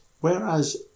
whereas